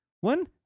One